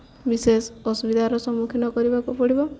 ବିଶେଷ ଅସୁବିଧାର ସମ୍ମୁଖୀନ କରିବାକୁ ପଡ଼ିବ